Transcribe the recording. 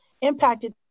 impacted